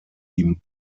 die